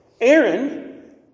Aaron